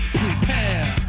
prepare